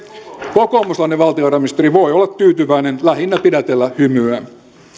kokoomuslainen valtiovarainministeri voi olla tyytyväinen lähinnä pidätellä hymyään